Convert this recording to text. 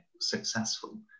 successful